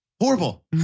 horrible